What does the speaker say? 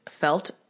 felt